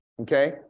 okay